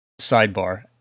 sidebar